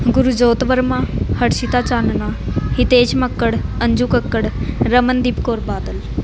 Gurjot Verma Harshita Chanana Hitesh Makkar Anju Kakkar Ramandeep Kaur Badal